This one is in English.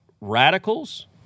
radicals